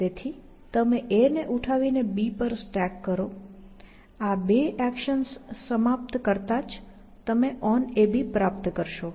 તેથી તમે A ને ઉઠાવી ને B પર સ્ટેક કરો આ બે એક્શન્સ સમાપ્ત કરતા જ તમે onAB પ્રાપ્ત કરશો